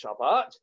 Shabbat